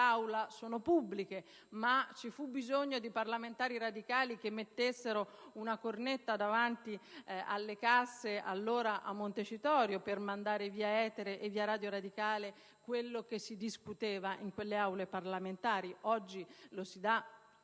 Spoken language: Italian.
sono pubbliche, ma ci fu bisogno di parlamentari radicali che mettessero una cornetta davanti alle casse a Montecitorio per mandare via etere e via Radio radicale quello che si discuteva nelle Aule parlamentari. Oggi il